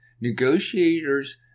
Negotiators